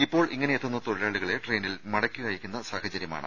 ഇപ്പോൾ ഇങ്ങനെയെത്തുന്ന തൊഴിലാളികളെ ട്രെയിനിൽ മടക്കി അയയ്ക്കുന്ന സാഹചര്യമാണ്